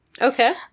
Okay